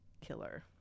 Killer